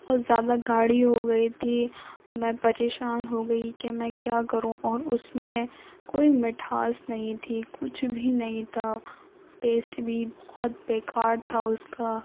بہت زیادہ گاڑھی ہو گئی تھی میں پریشان ہو گئی کہ میں کیا کروں اور اس میں کوئی مٹھاس نہیں تھی کچھ بھی نہیں تھا ٹیسٹ بھی بہت بیکار تھا اس کا